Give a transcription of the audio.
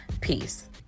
Peace